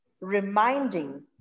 reminding